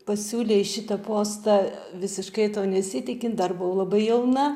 pasiūlė į šitą postą visiškai to nesitikint dar buvau labai jauna